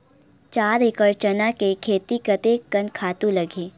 चार एकड़ चना के खेती कतेकन खातु लगही?